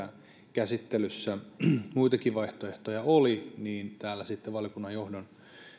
käsittelyssä muitakin vaihtoehtoja oli niin täällä sitten valiokunnan johdon